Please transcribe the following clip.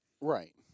Right